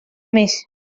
més